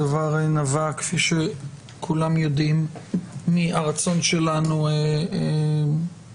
הדבר נבע כפי שכולם יודעים מהרצון שלנו להיבדק,